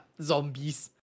Zombies